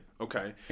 Okay